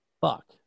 fuck